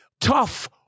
Tough